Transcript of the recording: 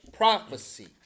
Prophecy